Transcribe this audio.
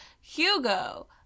Hugo